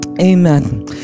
Amen